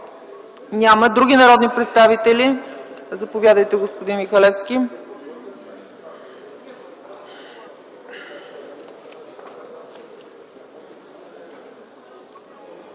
Има ли други народни представители? Заповядайте, господин Михайлов.